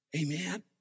Amen